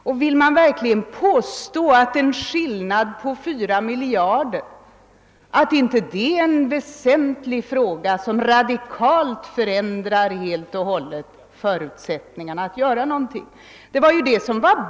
Och vill man verkligen påstå att en skillnad på 4 miljarder inte är något som radikalt ändrar förutsättningarna att göra någonting!